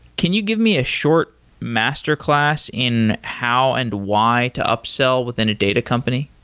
can you give me a short master class in how and why to upsell within a data company?